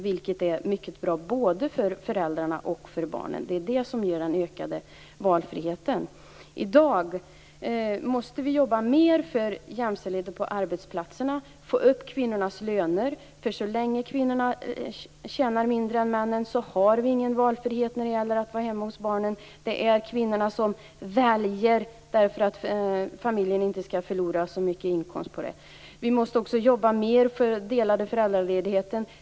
Det är mycket bra för både föräldrarna och barnen. Det är det som ger den ökade valfriheten. I dag måste vi jobba mer för jämställdheten på arbetsplatserna och få upp kvinnors löner. Så länge som kvinnorna tjänar mindre än männen har vi ingen valfrihet när det gäller att vara hemma hos barnen. Det är kvinnorna som väljer för att familjen inte skall förlora så mycket i inkomst. Vi måste också jobba mer för den delade föräldraledigheten.